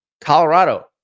Colorado